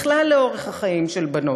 בכלל לאורך החיים של בנות,